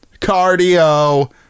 cardio